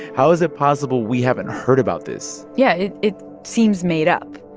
how is it possible we haven't heard about this? yeah, it it seems made up,